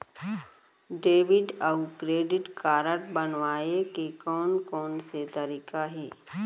Debit अऊ credit card बनवाए के कोन कोन से तरीका हे?